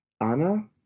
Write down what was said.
Anna